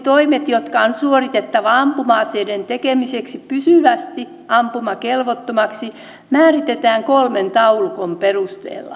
deaktivointitoimet jotka on suoritettava ampuma aseiden tekemiseksi pysyvästi ampumakelvottomaksi määritetään kolmen taulukon perusteella